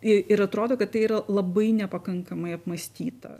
i ir atrodo kad tai yra labai nepakankamai apmąstyta